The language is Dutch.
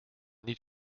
niet